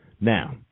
Now